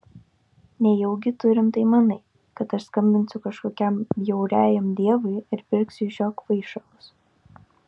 nejaugi tu rimtai manai kad aš skambinsiu kažkokiam bjauriajam deivui ir pirksiu iš jo kvaišalus